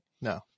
no